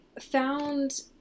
found